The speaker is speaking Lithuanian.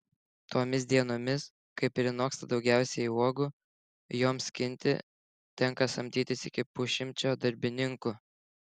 tomis dienomis kai prinoksta daugiausiai uogų joms skinti tenka samdytis iki pusšimčio darbininkų